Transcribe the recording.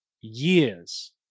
years